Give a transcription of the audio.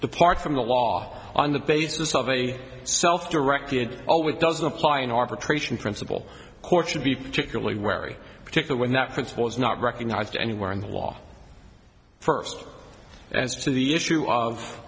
depart from the law on the basis of a self directed always doesn't apply in arbitration principle courts should be particularly wary particular when that fix was not recognized anywhere in the law first as to the issue of